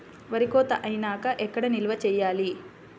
వరి కోత అయినాక ఎక్కడ నిల్వ చేయాలి?